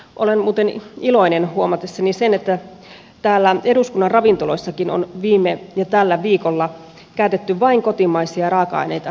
olen muuten iloinen huomatessani että täällä eduskunnan ravintoloissakin on viime ja tällä viikolla käytetty vain kotimaisia raaka aineita salaattipöydissä